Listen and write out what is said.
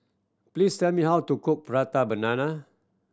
please tell me how to cook Prata Banana